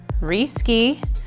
Reski